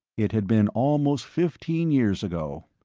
it had been almost fifteen years ago.